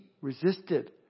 resisted